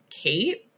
Kate